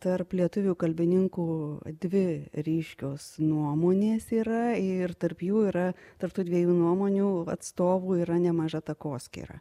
tarp lietuvių kalbininkų dvi ryškios nuomonės yra ir tarp jų yra tarp tų dviejų nuomonių atstovų yra nemaža takoskyra